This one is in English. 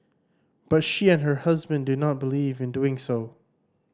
but she and her husband do not believe in doing so